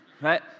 right